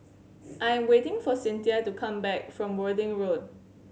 I am waiting for Cynthia to come back from Worthing Road